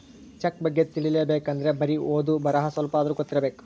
check ಬಗ್ಗೆ ತಿಲಿಬೇಕ್ ಅಂದ್ರೆ ಬರಿ ಓದು ಬರಹ ಸ್ವಲ್ಪಾದ್ರೂ ಗೊತ್ತಿರಬೇಕು